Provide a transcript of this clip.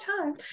time